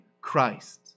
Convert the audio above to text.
Christ